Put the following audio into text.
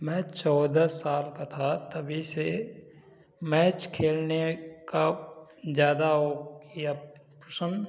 मैं चौदह साल का था तभी से मैच खेलने का ज़्यादा औपसन